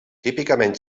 típicament